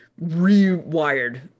rewired